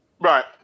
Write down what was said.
Right